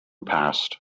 passed